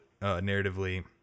narratively